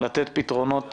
לתת פתרונות